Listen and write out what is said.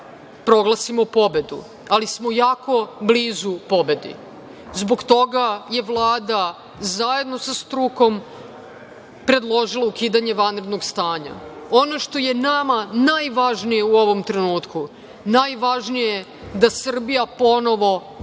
proglasimo pobedu, ali smo jako blizu pobedi. Zbog toga je Vlada, zajedno sa strukom, predložila ukidanje vanrednog stanja. Ono što je nama najvažnije u ovom trenutku, najvažnije je da Srbija ponovo počne